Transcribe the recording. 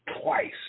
twice